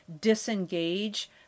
disengage